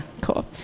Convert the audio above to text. Cool